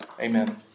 amen